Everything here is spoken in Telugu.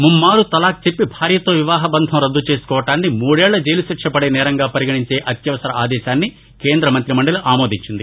ముమ్నారు తలాక్ చెప్పి భార్యతో వివాహ బంధం రద్దుచేసుకోవటాన్ని మూదేళ్ళు జైలుశిక్ష పదే నేరంగా పరిగణించే అత్యవసర ఆదేశాన్ని కేంద్ర మంత్రిమండలి ఆమోదించింది